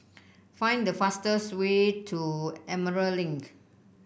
find the fastest way to Emerald Link